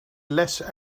less